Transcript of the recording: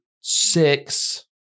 six